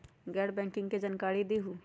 गैर बैंकिंग के जानकारी दिहूँ?